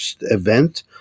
event